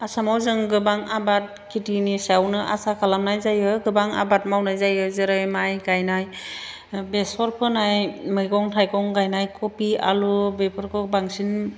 आसामाव जों गोबां आबाद खिथिनि सायावनो आसा खालामनाय जायो गोबां आबाद मावनाय जायो जेरै माइ गायनाय बेसर फोनाय मैगं थाइगं गायनाय खबि आलु बेफोरखौ बांसिन